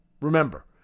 Remember